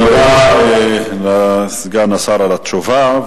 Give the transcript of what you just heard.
תודה לסגן השר על התשובה,